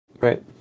Right